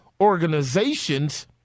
organizations